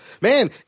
man